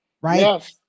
right